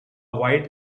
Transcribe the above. white